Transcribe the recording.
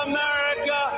America